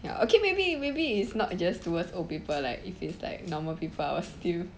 ya okay maybe maybe it's not just towards old people like if it's like normal people I'll still